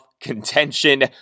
contention